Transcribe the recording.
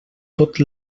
tot